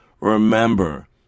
Remember